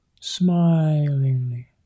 smilingly